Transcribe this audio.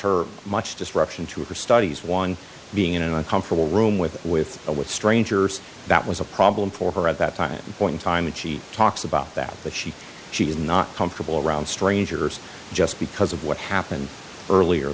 her much disruption to her studies one being in a comfortable room with with a with strangers that was a problem for her at that time point in time and she talks about that but she she is not comfortable around strangers just because of what happened earlier